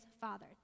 father